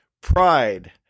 pride